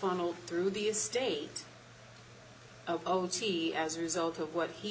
funneled through the estate owned she as a result of what he